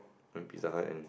we went Pizza-Hut and